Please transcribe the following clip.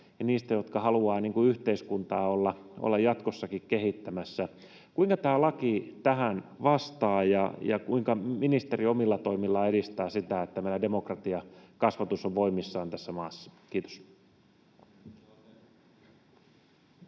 ja niitä, jotka haluavat yhteiskuntaa olla jatkossakin kehittämässä. Kuinka tämä laki tähän vastaa, ja kuinka ministeri omilla toimillaan edistää sitä, että meillä demokratiakasvatus on voimissaan tässä maassa? — Kiitos.